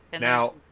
Now